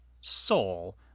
Soul